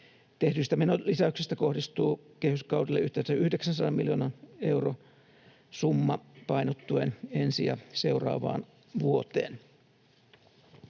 Tehdyistä menolisäyksistä kohdistuu kehyskaudelle yhteensä 900 miljoonan euron summa painottuen ensi ja seuraavaan vuoteen.